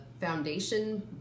foundation